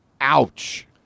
Ouch